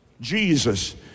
jesus